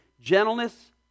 gentleness